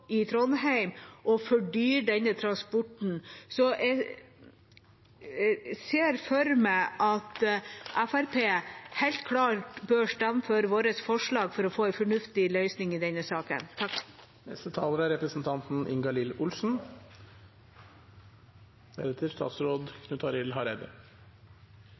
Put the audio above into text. i Trondheim og fordyre denne transporten. Så jeg ser for meg at Fremskrittspartiet helt klart bør stemme for vårt forslag for å få en fornuftig løsning i denne saken. Ja, det er en krisesituasjon. Det er